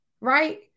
Right